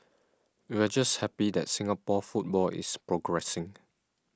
we're just happy that Singapore football is progressing